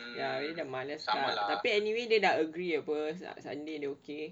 ya maybe dia malas lah tapi anyway dia dah agree apa sunday dia okay